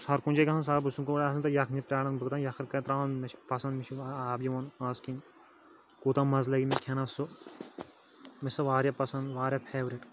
بہٕ چھُس ہَر کُنِہ جایہِ گَسان سالس بہٕ چھُس آسان تَتِہ یَکھنہِ پراران بہٕ دپان یَکھٕنۍ کَر تراوان مےٚ چھُ پَسَنٛد مےٚ چھُ آب یِوان ٲس کِن کوٗتاہ مَزٕ لَگہِ مےٚ کھؠنس سُہ مےٚ چھُ سُہ واریاہ پَسند واریاہ فیورِٹ